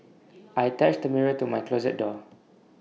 I attached the mirror to my closet door